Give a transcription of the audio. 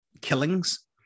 killings